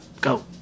Go